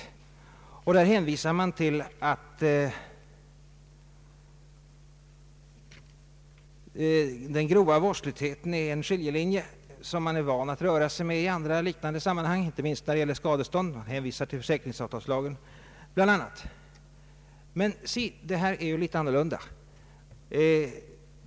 Reservanterna hänvisar till att den grova vårdslösheten är en skiljelinje som man är van att röra sig med i andra sammanhang, inte minst när det gäller skadestånd. Bl. a. hänvisas till försäkringsavtalslagen. Men här är det ju litet annorlunda.